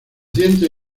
dientes